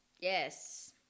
Yes